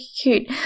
cute